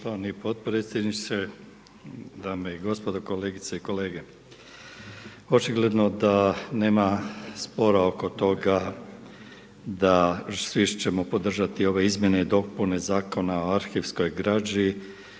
Poštovani potpredsjedniče, dame i gospodo, kolegice i kolege. Očigledno da nema spora oko toga da svi ćemo podržati ove izmjene i dopune Zakona o arhivskoj građi